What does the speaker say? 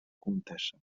comtessa